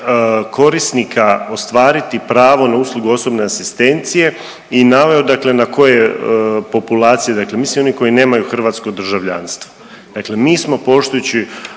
korisnika ostvariti pravo na uslugu osobne asistencije i naveo dakle na koje populacije dakle misli oni koji nemaju hrvatsko državljanstvo. Dakle, mi smo poštujući